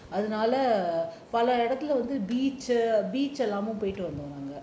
அதுனால பல இடத்துல வந்து:athunaala pala idathula vanthu beach எல்லாமு போயிட்டு வந்தோம் நாங்க:ellamu poitu vanthom naanga